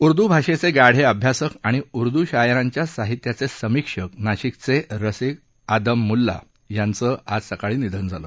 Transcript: उर्दू भाषेचे गाढे अभ्यासक आणि उर्दू शायरांच्या साहित्याचे समीक्षक नाशिकचे रसिक आदम मुल्ला यांचं आज सकाळी निधन झालं